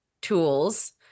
tools